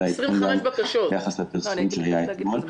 זה ביחס לפרסום שהיה אתמול.